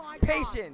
Patience